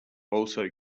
also